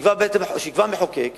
שיקבע המחוקק פה,